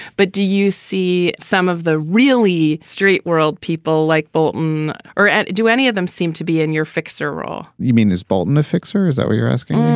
but do you see some of the really straight world people like bolton or and do any of them seem to be in your fixer roar? ah you mean this, bolton, a fixer? is that what you're asking?